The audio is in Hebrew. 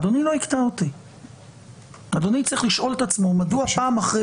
אדוני צריך לשאול את עצמו מדוע פעם אחרי